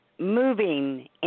Moving